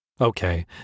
Okay